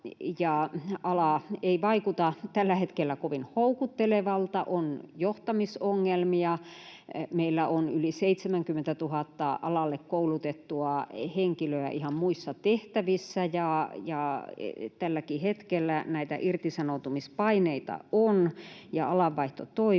ala ei vaikuta tällä hetkellä kovin houkuttelevalta, on johtamisongelmia, meillä on yli 70 000 alalle koulutettua henkilöä ihan muissa tehtävissä ja tälläkin hetkellä näitä irtisanoutumispaineita ja alanvaihtotoiveita